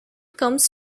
comes